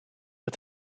het